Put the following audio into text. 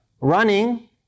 running